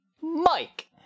Mike